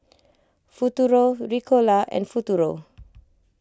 Futuro Ricola and Futuro